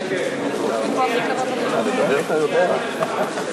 צריך לברך אותך.